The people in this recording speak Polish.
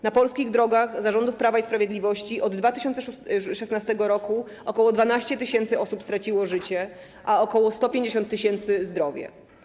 Na polskich drogach za rządów Prawa i Sprawiedliwości od 2016 r. ok. 12 tys. osób straciło życie, a ok. 150 tys. zdrowie.